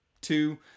two